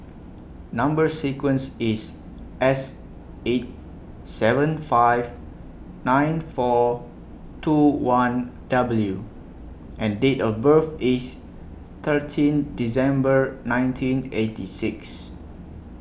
Number sequence IS S eight seven five nine four two one W and Date of birth IS thirteen December nineteen eighty six